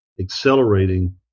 accelerating